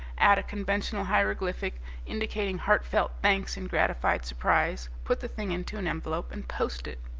add a conventional hieroglyphic indicating heartfelt thanks and gratified surprise, put the thing into an envelope and post it.